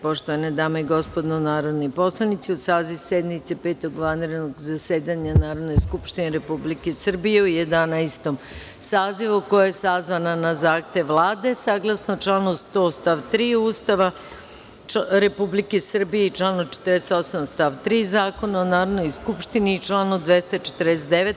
Poštovane dame i gospodo narodni poslanici, uz saziv sednice Petog vanrednog zasedanja Narodne skupštine Republike Srbije u Jedanaestom sazivu, koja je sazvana na zahtev Vlade, saglasno članu 106. stav 3. Ustava Republike Srbije i članu 48. stav 3. Zakona o Narodnoj skupštini i članu 249.